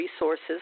resources